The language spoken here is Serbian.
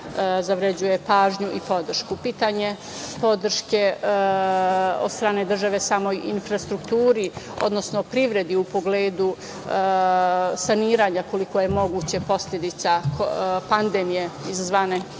zavređuje pažnju i podršku. Pitanje podrške od strane države o samoj infrastrukturi, odnosno privredi u pogledu saniranja koliko je moguće posledica pandemije izazvane